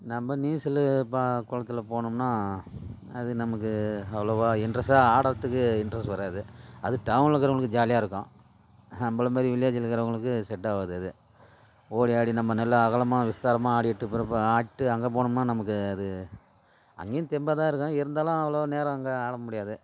நம்ம நீச்சல் பா குளத்துல போனோம்னால் அது நமக்கு அவ்வளோவா இண்ட்ரஸ்ட்டாக ஆடுறத்துக்கு இண்ட்ரஸ்ட் வராது அது டவுனில் இருக்கிறவனுக்கு ஜாலியாக இருக்கும் நம்மள மாதிரி வில்லேஜில் இருக்கிறவங்களுக்கு செட் ஆகாது அது ஓடியாடி நம்ம நல்லா அகலமாக விஸ்தாரமாக ஆடிவிட்டு பெறகு ஆட்டு அங்கே போனோம்னால் நமக்கு அது அங்கேயும் தெம்பாகதான் இருக்கும் இருந்தாலும் அவ்வளோ நேரம் அங்கே ஆட முடியாது